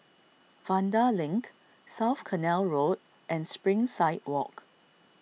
Vanda Link South Canal Road and Springside Walk